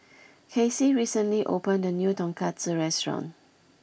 Kacy recently opened a new Tonkatsu restaurant